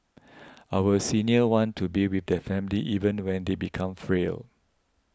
our seniors want to be with their family even when they become frail